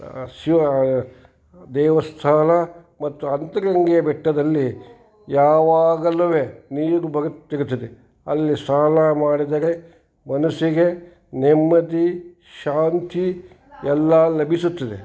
ಶಿವ ದೇವಸ್ಥಾನ ಮತ್ತು ಅಂತರಗಂಗೆಯ ಬೆಟ್ಟದಲ್ಲಿ ಯಾವಾಗಲು ನೀರು ಬರುತ್ತಿರುತ್ತದೆ ಅಲ್ಲಿ ಸ್ನಾನ ಮಾಡಿದರೆ ಮನಸ್ಸಿಗೆ ನೆಮ್ಮದಿ ಶಾಂತಿ ಎಲ್ಲ ಲಭಿಸುತ್ತದೆ